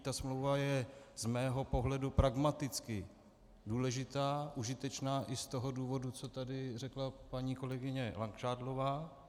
Ta smlouva je z mého pohledu pragmaticky důležitá, užitečná i z toho důvodu, co tady řekla paní kolegyně Langšádlová.